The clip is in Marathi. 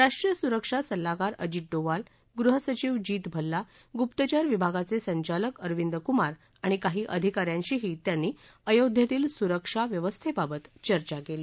रव्ह्रीय सुरक्षा सल्लागतिअजित डोवळि गृहसचिव जित भल्ला गुप्तचर विभाराचि संचलिक अरविंद कुमरा आणि कही अधिक विश्वीही त्याती अयोध्येतील सुरक्ष व्यवस्थेबक्ति चर्च केली